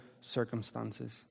circumstances